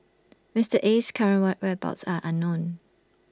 Mister Aye's current whereabouts are unknown